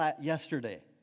yesterday